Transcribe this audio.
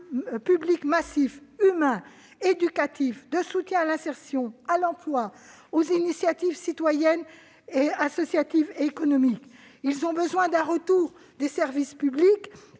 publics massifs humains, éducatifs, de soutien à l'insertion, à l'emploi, aux initiatives associatives et citoyennes. Ils ont besoin d'un retour des services publics